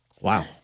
Wow